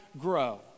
grow